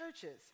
churches